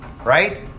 Right